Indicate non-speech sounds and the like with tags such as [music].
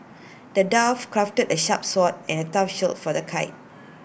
the dwarf crafted A sharp sword and A tough shield for the [unintelligible]